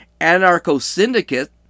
anarcho-syndicate